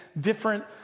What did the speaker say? different